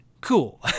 cool